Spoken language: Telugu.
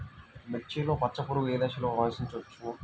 మిర్చిలో పచ్చ పురుగు ఏ దశలో ఆశించును?